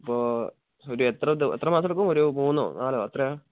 അപ്പോൾ ഒരു എത്ര എത്ര മാസം എടുക്കും ഒരു മൂന്നോ നാലോ എത്രയാണ്